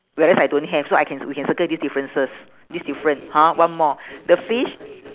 whereas I don't have so I can ci~ we can circle these differences this different hor one more the fish